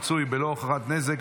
תיקון פקודת מס הכנסה (נקודות זיכוי להורי חיילים),